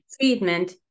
treatment